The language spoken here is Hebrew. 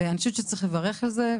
אני חושבת שצריך לברך על זה.